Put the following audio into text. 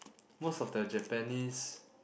most of the Japanese